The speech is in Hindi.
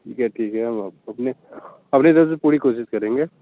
ठीक है ठीक है हम अप अपने अपनी तरफ़ से पूरी कोशिश करेंगे